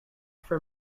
for